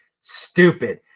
Stupid